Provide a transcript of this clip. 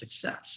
success